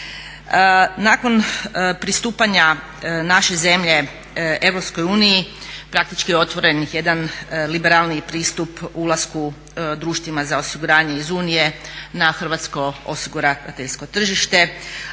Nakon pristupanja naše zemlje Europskoj uniji praktički otvoren je jedan liberalniji pristup ulasku društvima za osiguranje iz Unije na hrvatsko osiguravateljsko tržište,